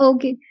Okay